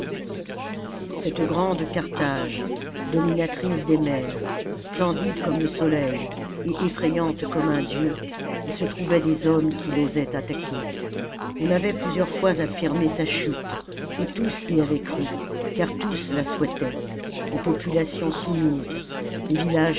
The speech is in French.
cette grande carthage dominatrice des mers splendide comme le soleil et effrayante comme un dieu il se trouvait des hommes qui l'osaient attaquer on avait plusieurs fois affirmé sa chute et tous y avaient cru car tous la souhaitaient les populations soumises les villages